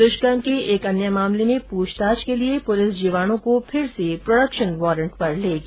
द्ष्कर्म के एक अन्य मामले में पूछताछ े के लिए शास्त्रीनगर पुलिस जीवाणु को फिर से प्रोडेक्शन वारंट पर लेगी